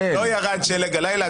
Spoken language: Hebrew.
לא ירד שלג הלילה,